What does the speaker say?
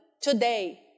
today